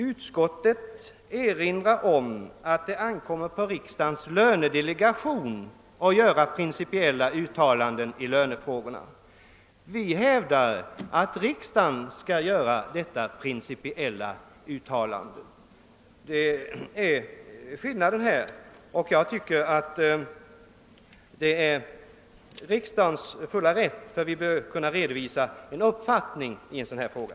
Utskottet erinrar om att det ankommer på lönedelegationen att göra principiella uttalanden i lönefrågorna. Vi hävdar att riksdagen skall göra sådana principiella uttalanden. Det är skillnaden här, och jag tycker att det är riksdagens fulla rätt att redovisa en uppfattning i en sådan här fråga.